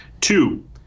Two